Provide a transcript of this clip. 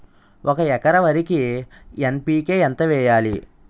ఒక ఎకర వరికి ఎన్.పి కే ఎంత వేయాలి?